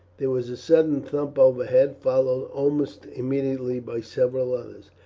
there was a sudden thump overhead, followed almost immediately by several others.